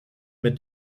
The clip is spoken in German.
mit